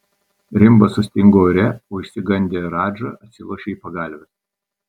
rimbas sustingo ore o išsigandęs radža atsilošė į pagalves